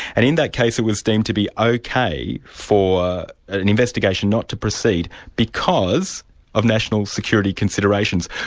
and in that case it was deemed to be ok for an investigation not to proceed because of national security considerations.